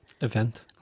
event